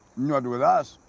not with us!